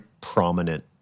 prominent